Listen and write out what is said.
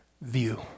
view